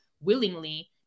willingly